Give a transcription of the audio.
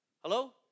Hello